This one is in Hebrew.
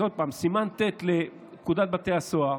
אז שוב, סימן ט' לפקודת בתי הסוהר,